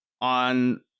on